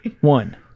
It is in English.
one